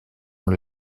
dans